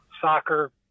soccer